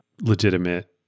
legitimate